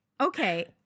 Okay